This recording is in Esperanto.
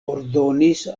ordonis